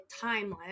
timeless